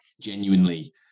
genuinely